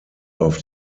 auf